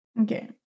Okay